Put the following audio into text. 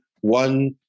one